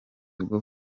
bwo